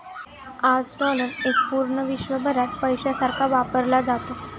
आज डॉलर एक पूर्ण विश्वभरात पैशासारखा वापरला जातो